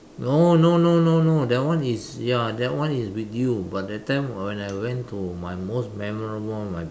no no no no no that one is ya that one is with you but that time when I went to my most memorable one my